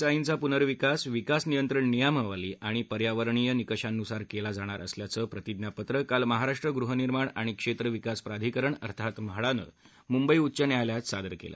चार्ळींचा पुनर्विकास विकास नियंत्रण नियमावली आणि पर्यावरणीय निकषांनुसार केला जाणार असल्याचं प्रतिज्ञापत्र काल महाराष्ट्र गृहनिर्माण आणि क्षेत्रविकास प्राधिकरण अर्थात म्हाडानं मुंबई उच्च न्यायालयात सादर केलं